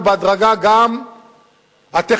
ובהדרגה גם הטכניון,